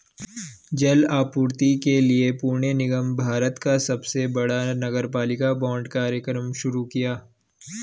जल आपूर्ति के लिए पुणे निगम ने भारत का सबसे बड़ा नगरपालिका बांड कार्यक्रम शुरू किया